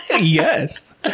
Yes